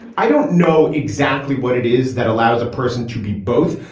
i don't know exactly what it is that allows a person to be both.